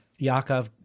Yaakov